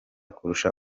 kurusha